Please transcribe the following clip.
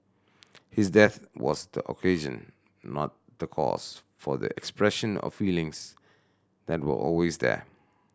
his death was the occasion not the cause for the expression of feelings that were always there